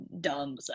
dumb